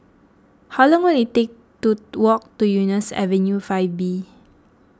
how long will it take to walk to Eunos Avenue five B